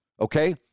okay